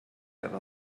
have